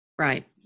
right